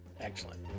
Excellent